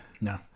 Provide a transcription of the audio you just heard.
No